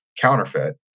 counterfeit